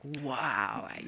wow